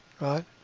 right